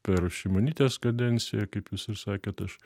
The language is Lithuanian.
per šimonytės kadenciją kaip jūs ir sakėt aš